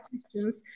questions